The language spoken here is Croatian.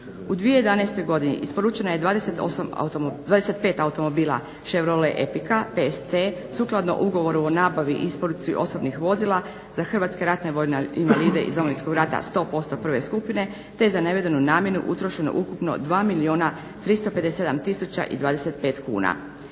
U 2011. godini isporučeno je 25 automobila Chevrole Epika PSC sukladno ugovoru o nabavi i isporuci osobnih vozila za hrvatske ratne vojne invalide iz Domovinskog rata 100% prve skupine, te je za navedenu namjenu utrošeno ukupno 2 milijuna